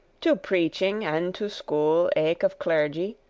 to preaching, and to school eke of clergy.